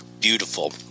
beautiful